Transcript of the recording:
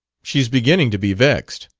she's beginning to be vexed.